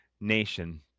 nation